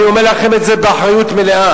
אני אומר לכם את זה באחריות מלאה.